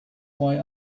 why